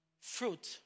fruit